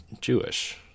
Jewish